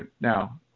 Now